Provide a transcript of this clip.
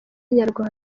inyarwanda